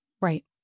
Right